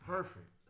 Perfect